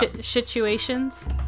Situations